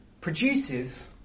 produces